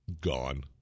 Gone